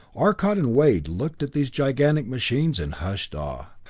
arcot and wade looked at these gigantic machines in hushed awe.